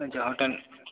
अच्छा होटल